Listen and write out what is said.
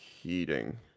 heating